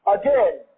Again